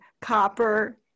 copper